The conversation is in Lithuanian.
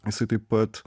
jisai taip pat